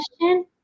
question